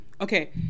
Okay